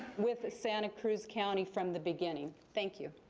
with the santa cruz county from the beginning. thank you.